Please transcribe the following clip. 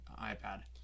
iPad